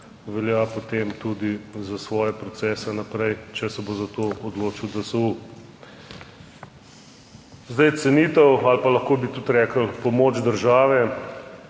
velja potem tudi za svoje procese naprej, če se bo za to odločil DSU. Zdaj cenitev ali pa lahko bi tudi rekli pomoč države,